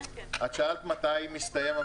אני מסכם.